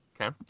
Okay